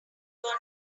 gonna